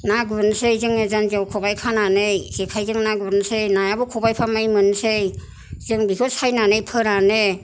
ना गुरनोसै जोङो जान्जियाव खबाय खानानै जेखाइजों ना गुरनोसै नायाबो खबायफ्रामै मोनसै जों बिखौ सायनानै फोरानो